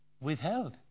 withheld